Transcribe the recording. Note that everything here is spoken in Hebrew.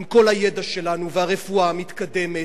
עם כל הידע שלנו והרפואה המתקדמת,